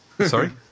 Sorry